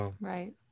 Right